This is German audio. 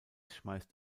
schmeißt